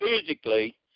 physically